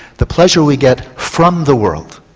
the pleasure we get from the world.